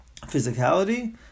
physicality